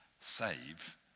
save